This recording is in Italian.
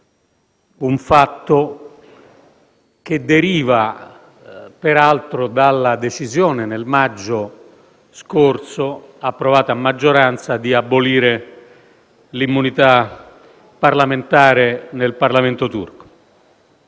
un fatto che deriva peraltro dalla decisione nel maggio scorso, approvata a maggioranza, di abolire l'immunità parlamentare nel Parlamento turco.